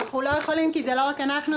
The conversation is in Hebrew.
אנחנו לא יכולים כי זה לא רק אנחנו.